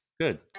good